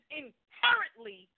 inherently